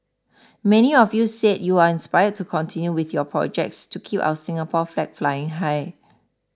many of you said you are inspired to continue with your projects to keep our Singapore flag flying high